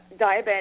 diabetic